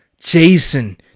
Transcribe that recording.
Jason